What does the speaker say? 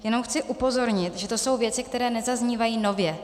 Jenom chci upozornit, že to jsou věci, které nezaznívají nově.